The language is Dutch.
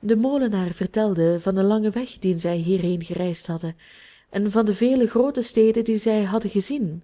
de molenaar vertelde van den langen weg dien zij hierheen gereisd hadden en van de vele groote steden die zij hadden gezien